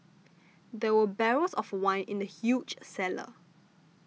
there were barrels of wine in the huge cellar